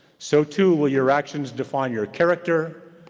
so too will your actions define your character,